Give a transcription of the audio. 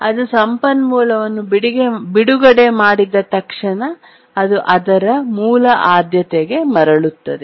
ಅದು ಸಂಪನ್ಮೂಲವನ್ನು ಬಿಡುಗಡೆ ಮಾಡಿದ ತಕ್ಷಣ ಅದು ಅದರ ಮೂಲ ಆದ್ಯತೆಗೆ ಮರಳುತ್ತದೆ